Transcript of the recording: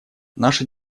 наша